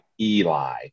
Eli